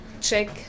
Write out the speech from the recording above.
check